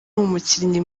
umukinnyi